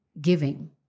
giving